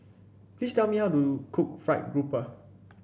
please tell me how to cook fried grouper